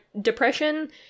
depression